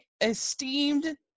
esteemed